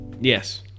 Yes